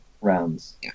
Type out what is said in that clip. rounds